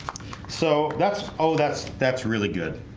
so that's oh, that's that's really good